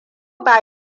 ba